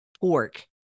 pork